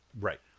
Right